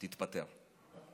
תתפטר.